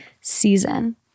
season